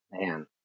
Man